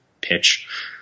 pitch